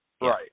Right